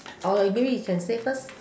maybe you can say first